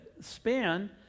span